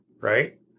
Right